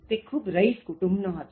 તે ખૂબ રઇસ કુટુંબ નો હતો